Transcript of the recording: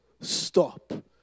stop